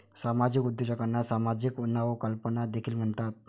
सामाजिक उद्योजकांना सामाजिक नवकल्पना देखील म्हणतात